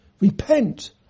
Repent